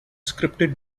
scripted